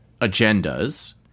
agendas